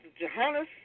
Johannes